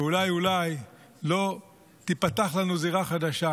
ואולי אולי לא תיפתח לנו זירה חדשה,